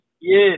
Yes